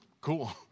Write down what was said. Cool